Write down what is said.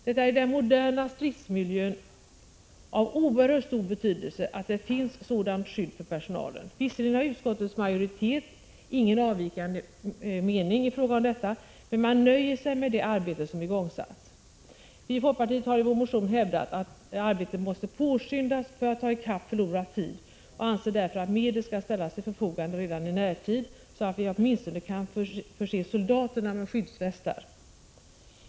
Det är i den moderna stridsmiljön av oerhört stor betydelse att det finns sådant skydd för personalen. Visserligen har utskottets majoritet ingen avvikande mening i fråga om detta, men man nöjer sig med det arbete som igångsatts. Vi i folkpartiet har i vår motion hävdat, att arbetet måste påskyndas för att ta i kapp förlorad tid, och vi anser därför att medel skall ställas till förfogande redan i närtid, så att vi åtminstone kan förse soldaterna med skyddsvästar.